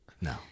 no